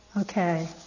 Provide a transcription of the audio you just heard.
Okay